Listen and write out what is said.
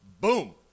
boom